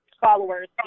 followers